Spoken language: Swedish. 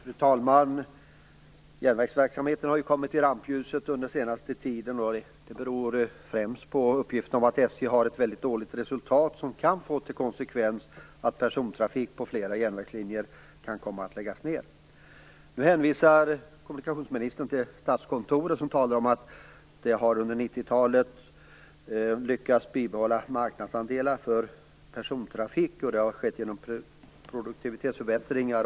Fru talman! Järnvägsverksamheten har ju kommit i rampljuset under den senaste tiden. Det beror främst på uppgifterna att SJ har ett väldigt dåligt resultat, något som kan få till konsekvens att persontrafiken på flera järnvägslinjer kan komma att läggas ned. Statskontoret som talar om att SJ under 90-talet har lyckats bibehålla marknadsandelar för persontrafik. Det har skett genom produktivitetsförbättringar.